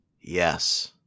yes